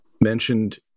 mentioned